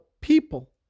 people